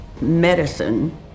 medicine